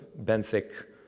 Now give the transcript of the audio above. benthic